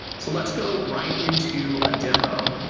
so let's go right into a demo.